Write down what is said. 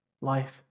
life